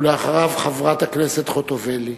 אחריו, חברת הכנסת חוטובלי.